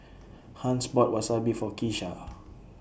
Hans bought Wasabi For Keesha